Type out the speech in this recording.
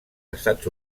estats